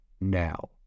now